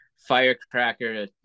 firecracker